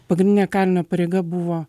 pagrindinė kalinio pareiga buvo